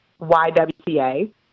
YWCA